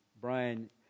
Brian